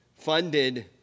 funded